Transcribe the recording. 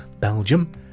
Belgium